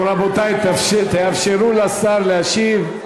רבותי, תאפשרו לשר להשיב.